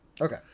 Okay